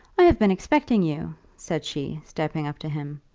i have been expecting you, said she, stepping up to him.